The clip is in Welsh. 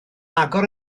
agor